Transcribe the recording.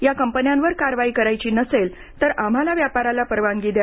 या कंपन्यांवर कारवाई करायची नसेल तर आम्हाला व्यापाराला परवानगी द्या